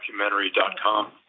Documentary.com